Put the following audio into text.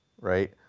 right